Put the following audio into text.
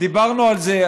דיברנו על זה.